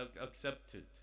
accepted